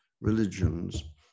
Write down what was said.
religions